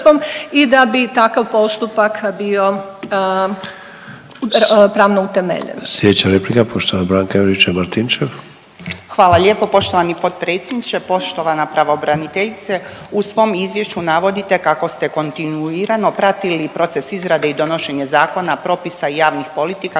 i da bi takav postupak bio pravno utemeljen. **Sanader, Ante (HDZ)** Slijedeća replika poštovana Branka Juričev-Martinčev. **Juričev-Martinčev, Branka (HDZ)** Hvala lijepo poštovani potpredsjedniče. Poštovana pravobraniteljice, u svom izvješću navodite kako ste kontinuirano pratili proces izrade i donošenje zakona, propisa i javnih politika,